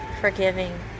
forgiving